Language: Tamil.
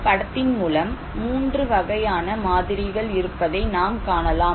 இந்த படத்தின் மூலம் மூன்று வகையான மாதிரிகள் இருப்பதை நாம் காணலாம்